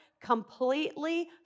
completely